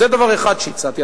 זה דבר אחד שהצעתי.